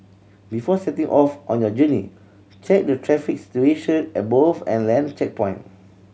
before setting off on your journey check the traffic situation at both and land checkpoint